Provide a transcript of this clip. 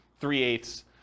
three-eighths